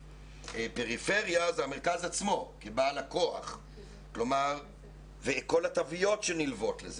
פריפריה זה המרכז עצמו כבעל הכוח וכל התוויות שנלוות לזה,